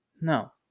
No